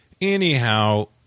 anyhow